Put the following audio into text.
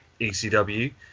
ecw